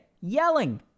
yelling